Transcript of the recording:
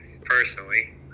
personally